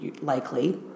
likely